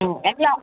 ம் எல்லாம்